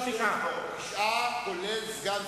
אי-התערבות נוסח הליברליזם של המאה ה-19.